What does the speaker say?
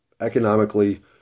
economically